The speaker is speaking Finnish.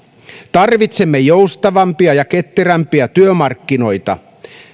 tarvitsemme joustavampia ja ketterämpiä työmarkkinoita